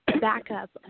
backup